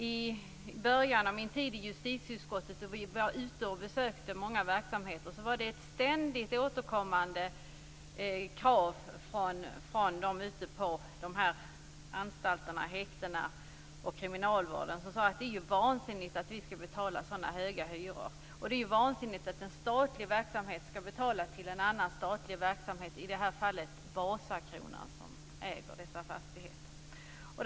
I början av min tid i justitieutskottet var vi ute och besökte många verksamheter, och en ständigt återkommande synpunkt från kriminalvårdens anstalter och häkten var att det var vansinnigt att man där skulle betala så höga hyror. Det är också befängt att en statlig verksamhet skall betala till en annan statlig verksamhet, i det här fallet till Vasakronan, som äger dessa fastigheter.